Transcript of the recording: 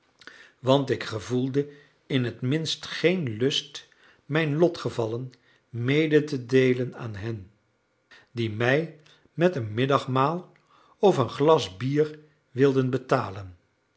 want ik gevoelde in het minst geen lust mijn lotgevallen mede te deelen aan hen die mij met een middagmaal of een glas bier wilden betalen